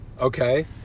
Okay